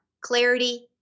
clarity